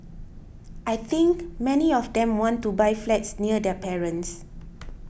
I think many of them want to buy flats near their parents